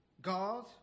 God